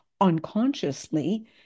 unconsciously